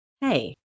hey